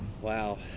Wow